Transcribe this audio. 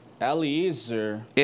Eliezer